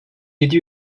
yedi